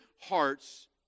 hearts